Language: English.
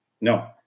No